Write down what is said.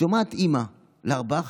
שומעת אימא לארבעה,